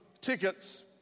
tickets